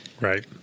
right